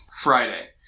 Friday